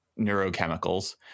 neurochemicals